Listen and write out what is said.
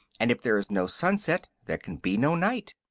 and if there is no sunset there can be no night.